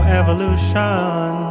evolution